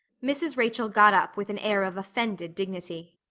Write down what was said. mrs. rachel got up with an air of offended dignity.